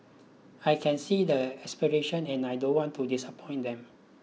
I can see their aspirations and I don't want to disappoint them